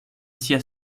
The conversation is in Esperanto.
sia